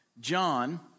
John